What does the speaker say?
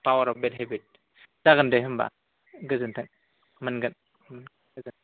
power of bad habit जागोन दे होनबा गोजोन्थों मोनगोन जागोन